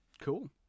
cool